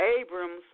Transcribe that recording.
Abram's